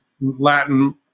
Latin